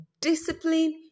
Discipline